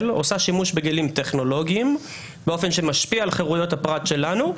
עושה שימוש בכלים טכנולוגים באופן שמשפיע על חירויות הפרט שלנו,